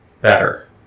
better